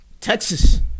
Texas